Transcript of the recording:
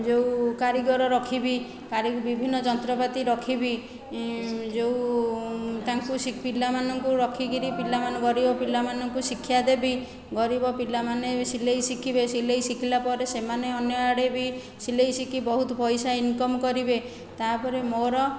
ଯେଉଁ କାରିଗର ରଖିବି ବିଭିନ୍ନ ଯନ୍ତ୍ରପାତି ରଖିବି ଯେଉଁ ତାଙ୍କୁ ପିଲାମାନଙ୍କୁ ରଖିକରି ପିଲାମାନେ ଗରିବ ପିଲାମାନଙ୍କୁ ଶିକ୍ଷା ଦେବି ଗରିବ ପିଲାମାନେ ସିଲେଇ ଶିଖିବେ ସିଲେଇ ଶିଖିଲା ପରେ ସେମାନେ ଅନ୍ୟ ଆଡ଼େ ବି ସିଲେଇ ଶିଖି ବହୁତ ପଇସା ଇନକମ୍ କରିବେ ତା'ପରେ ମୋର